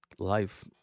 Life